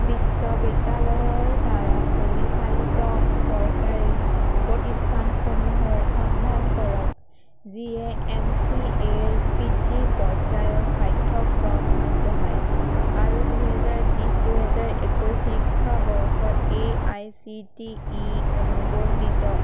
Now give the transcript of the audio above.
বিশ্ববিদ্যালয়ৰ দ্বাৰা পৰিচালিত চৰকাৰী প্ৰতিষ্ঠানসমূহৰ সন্ধান কৰক যিয়ে এমচিএৰ পিজি পৰ্যায়ৰ পাঠ্যক্ৰম আগবঢ়ায় আৰু দুহেজাৰ বিছ দুহেজাৰ একৈছ শিক্ষাবৰ্ষত এআইচিটিই অনুমোদিত